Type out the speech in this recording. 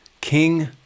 king